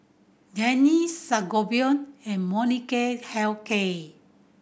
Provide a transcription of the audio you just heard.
Rene Sangobion and Molnylcke Health Care